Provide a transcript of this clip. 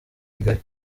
kigali